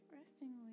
interestingly